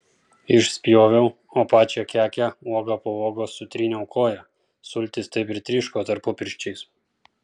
išspjoviau o pačią kekę uoga po uogos sutryniau koja sultys taip ir tryško tarpupirščiais